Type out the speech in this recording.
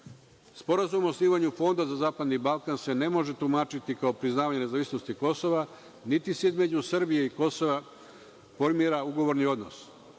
Sporazum o osnivanju Fonda za zapadni Balkan se ne može tumačiti kao priznavanje nezavisnosti Kosova, niti se između Srbije i Kosova formira ugovorni odnos.